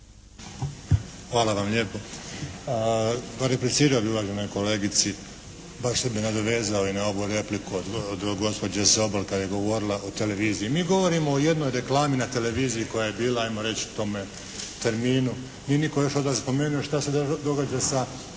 Hvala vam lijepo. Replicirao bih ovdje kolegici, pa bi se nadovezao i na ovu repliku od gospođe Sobol kada je govorila o televiziji. Mi govorimo o jednoj reklami na televiziji koja je bila ajmo reći u tome terminu, nije nitko još od vas spomenuo šta se događa sa